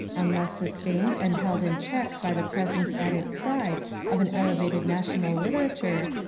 unless sus tained and held in check by the presence at its side of an elevated national literature,